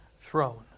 throne